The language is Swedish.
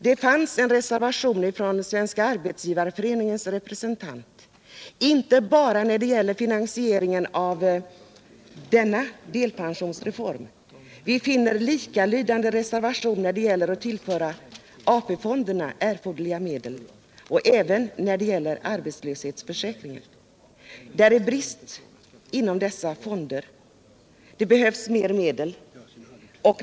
Det förelåg likalydande reservationer från Svenska arbetsgivareföreningens representant inte bara när det gäller finansieringen av delpensionsreformen utan också när det gäller tillförsel till AP-fonderna av erforderliga medel och när det gäller arbetslöshetsförsäkringen. Det är brist på medel i dessa fonder, som behöver tillföras ytterligare pengar.